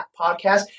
podcast